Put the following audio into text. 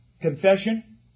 Confession